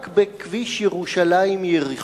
רק בכביש ירושלים-יריחו